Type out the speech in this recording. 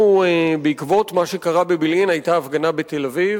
בעקבות מה שקרה בבילעין היתה הפגנה בתל-אביב,